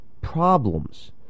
problems